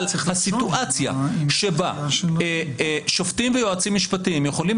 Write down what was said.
אבל צריך את הסיטואציה שבה שופטים ויועצים משפטיים יכולים